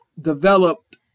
developed